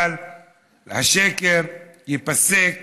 אבל השקר ייפסק